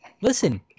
Listen